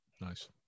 nice